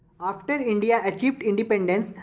after india achieved independence,